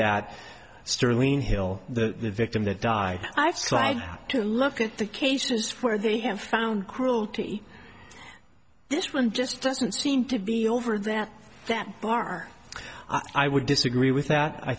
that sterling hill the victim that died i have so i got to look at the cases where they have found cruelty this one just doesn't seem to be over that that bar i would disagree with that i